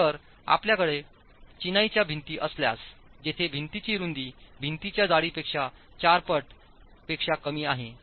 तर आपल्याकडे चिनाईच्या भिंती असल्यास जेथे भिंतीची रुंदी भिंतीच्या जाडीपेक्षा 4 पट पेक्षा कमी आहे